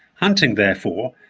hunting, therefore,